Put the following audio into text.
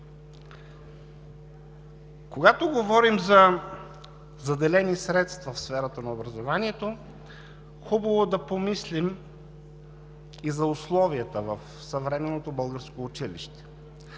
Когато говорим за заделени средства в сферата на образованието, хубаво е да помислим и за условията в съвременното българско училище.